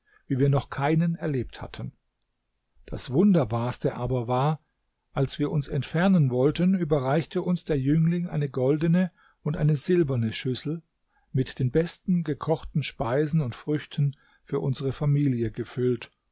wie wir noch keinen erlebt hatten das wunderbarste aber war als wir uns entfernen wollten überreichte uns der jüngling eine goldene und eine silberne schüssel mit den besten gekochten speisen und früchten für unsere familie gefüllt